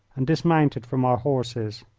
and dismounted from our horses.